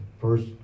first